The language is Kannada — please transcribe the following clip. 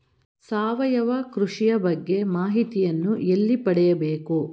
ಸಾವಯವ ಕೃಷಿಯ ಬಗ್ಗೆ ಮಾಹಿತಿಯನ್ನು ಎಲ್ಲಿ ಪಡೆಯಬೇಕು?